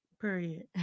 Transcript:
Period